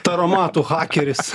taromatų hakeris